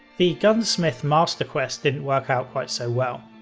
the gunsmith master quest didn't work out quite so well.